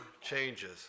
changes